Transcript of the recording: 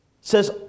says